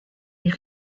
est